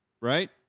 Right